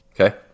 Okay